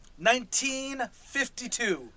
1952